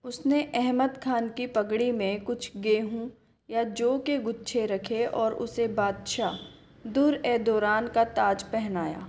उसने अहमद खान की पगड़ी में कुछ गेहूँ या जौ के गुच्छे रखे और उसे बादशाह दुर ए दौरान का ताज पहनाया